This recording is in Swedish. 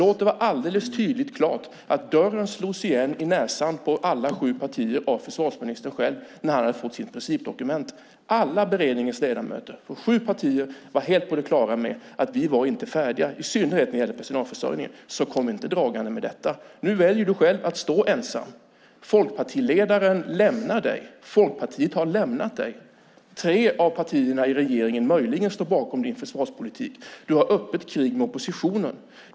Låt det vara alldeles tydligt och klart att dörren slogs igen i näsan på alla sju partier av försvarsministern själv när han hade fått sitt principdokument. Alla beredningens ledamöter från sju partier var helt på det klara med att vi inte var färdiga, i synnerhet i frågan om personalförsörjningen. Kom inte dragande med detta. Nu väljer försvarsministern själv att stå ensam. Folkpartiledaren lämnar dig. Folkpartiet har lämnat dig. Tre av partierna i regeringen står möjligen bakom din försvarspolitik. Du har öppet krig med oppositionen.